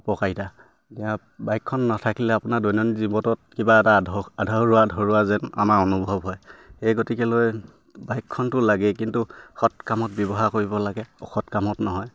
উপকাৰিতা বাইকখন নাথাকিলে আপোনাৰ দৈনন্দিন জীৱনত কিবা এটা আধ আধৰুৱা আধৰুৱা যেন আমাৰ অনুভৱ হয় সেই গতিকেলৈ বাইকখনটো লাগেই কিন্তু সৎ কামত ব্যৱহাৰ কৰিব লাগে অসৎ কামত নহয়